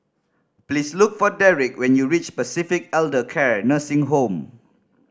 please look for Derek when you reach Pacific Elder Care Nursing Home